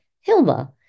Hilma